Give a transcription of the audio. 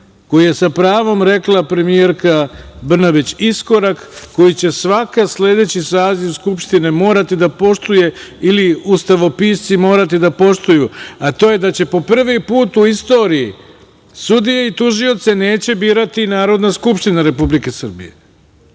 koji je, sa pravom je rekla premijerka, iskorak koji će svaki sledeći saziv Skupštine morati da poštuje ili ustavopisci morati da poštuju, a to je da po prvi put u istoriji sudije i tužioce neće birati Narodna skupština Republike Srbije. To